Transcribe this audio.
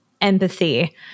empathy